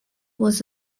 was